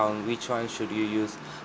which one should you use